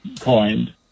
coined